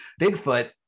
Bigfoot